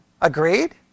Agreed